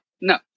no